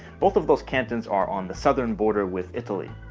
both of those cantons are on the southern border with italy.